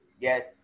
yes